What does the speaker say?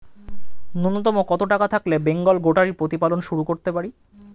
নূন্যতম কত টাকা থাকলে বেঙ্গল গোটারি প্রতিপালন শুরু করতে পারি?